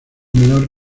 menor